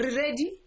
ready